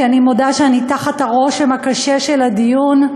כי אני מודה שאני תחת הרושם הקשה של הדיון.